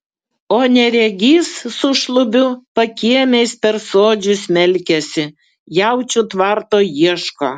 o neregys su šlubiu pakiemiais per sodžių smelkiasi jaučių tvarto ieško